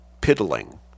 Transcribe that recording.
piddling